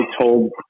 told